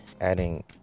adding